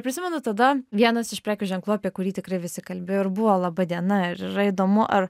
prisimenu tada vienas iš prekių ženklų apie kurį tikrai visi kalbėjo ir buvo laba diena ar yra įdomu ar